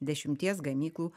dešimties gamyklų